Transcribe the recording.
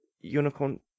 unicorn